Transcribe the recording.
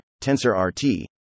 TensorRT